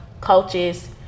coaches